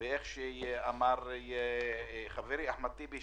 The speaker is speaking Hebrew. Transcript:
כמו שאמר חברי אחמד טיבי,